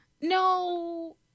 No